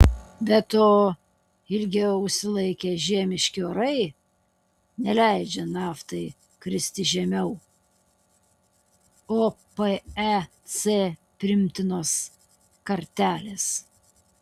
be to ilgiau užsilaikę žiemiški orai neleidžia naftai kristi žemiau opec priimtinos kartelės